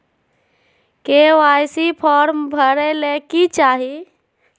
KYC form भरे ले कि चाही?